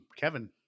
Kevin